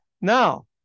now